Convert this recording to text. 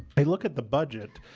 i look at the budget,